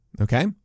Okay